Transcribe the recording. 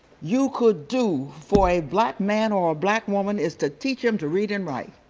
you could do for a black man or a black woman is to teach them to read and write.